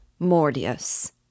Mordius